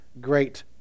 great